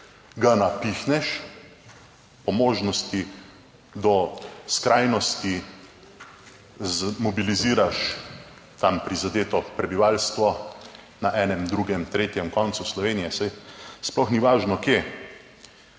ga napihneš, po možnosti do skrajnosti, mobiliziraš tam prizadeto prebivalstvo na enem, drugem, tretjem koncu Slovenije, saj sploh ni važno kje.